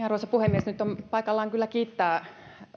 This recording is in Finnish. arvoisa puhemies nyt on paikallaan kyllä kiittää